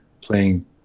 playing